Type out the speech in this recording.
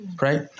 Right